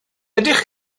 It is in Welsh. ydych